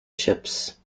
ships